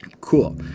Cool